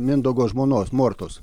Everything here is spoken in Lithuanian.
mindaugo žmonos mortos